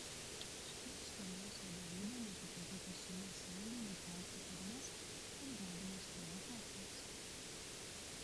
šiaurės korėjos vadovybė netikėtai pasiūlė seului nutraukti karines ir žodines provokacijas